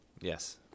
Yes